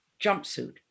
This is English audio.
jumpsuit